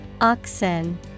Oxen